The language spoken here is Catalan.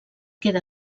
queda